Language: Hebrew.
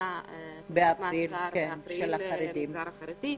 ונפתחה חלופת מעצר באפריל של המגזר החרדי.